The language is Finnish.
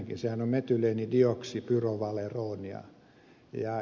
sehän on metyleenidioksipyrovaleroni